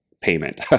payment